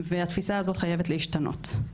והתפיסה הזו חייבת להשתנות.